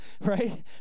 right